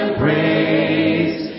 praise